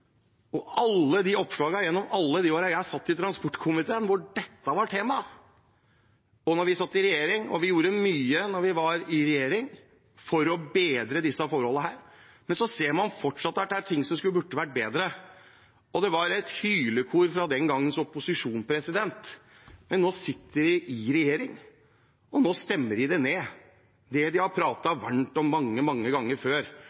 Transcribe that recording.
Gjennom alle de årene jeg satt i transportkomiteen, så jeg alle oppslagene om dette temaet. Da vi satt i regjering, gjorde vi mye for å bedre disse forholdene, men så ser man at det fortsatt er ting som burde vært bedre. Det var et hylekor fra opposisjonen den gangen, men nå sitter de i regjering, og nå stemmer de det ned – det de har pratet varmt om mange ganger før.